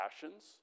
passions